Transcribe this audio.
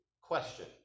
question